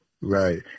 Right